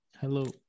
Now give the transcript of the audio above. Hello